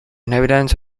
inhabitants